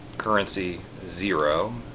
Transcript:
currency, zero,